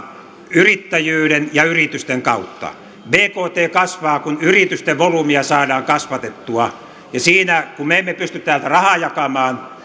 yrittäjyyden ja yritysten kautta bkt kasvaa kun yritysten volyymia saadaan kasvatettua ja siinä kun me emme pysty rahaa jakamaan